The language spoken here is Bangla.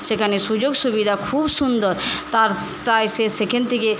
সেখানে সুযোগ সুবিধা খুব সুন্দর তার স্ তাই সে সেখান থেকে